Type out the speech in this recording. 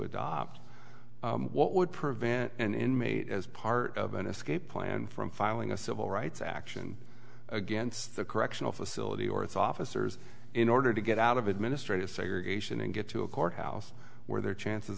adopt what would prevent an inmate as part of an escape plan from filing a civil rights action against the correctional facility or thought in order to get out of administrative segregation and get to a courthouse where their chances